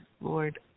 Lord